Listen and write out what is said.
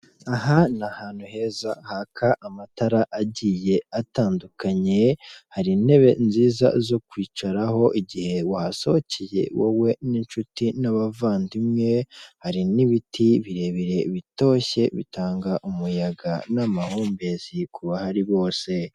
Aha ni ahantu heza haka amatara agiye atandukanye, hari intebe nziza zo kwicaraho igihe wasohokeye wowe n'inshuti n'abavandimwe, hari n'ibiti birebire bitoshye bitanga umuyaga n'amahumbezi kubahari bose.